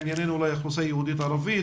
לענייננו אולי האוכלוסייה היהודית והערבית.